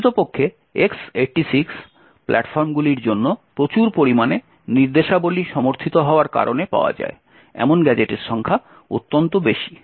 প্রকৃতপক্ষে X86 প্ল্যাটফর্মগুলির জন্য প্রচুর পরিমাণে নির্দেশাবলী সমর্থিত হওয়ার কারণে পাওয়া যায় এমন গ্যাজেটের সংখ্যা অত্যন্ত বেশি